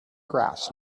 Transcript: grass